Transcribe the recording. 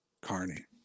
Carney